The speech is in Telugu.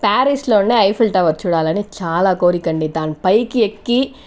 ప్యారిస్లో ఉండే ఐఫిల్ టవర్ చూడాలని చాలా కోరిక అండి దాని పైకి ఎక్కి